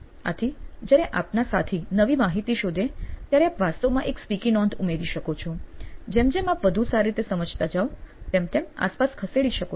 આથી જયારે આપના સાથી નવી માહિતી શોધે ત્યારે આપ વાસ્તવમાં એક સ્ટીકી નોંધ ઉમેરી શકો છો જેમ જેમ આપ વધુ સારી રીતે સમજતા જાઓ તેમ આસપાસ ખસેડી શકો છો